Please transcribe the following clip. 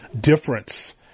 difference